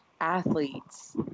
athletes